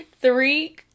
three